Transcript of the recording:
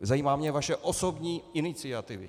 Zajímá mě vaše osobní iniciativa!